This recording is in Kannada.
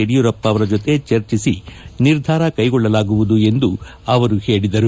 ಯಡಿಯೂರಪ್ಪ ಅವರ ಜತೆ ಚರ್ಚಿಸಿ ನಿರ್ಧಾರ ಕ್ಷೆಗೊಳ್ಳಲಾಗುವುದು ಎಂದು ಅವರು ತಿಳಿಸಿದ್ದಾರೆ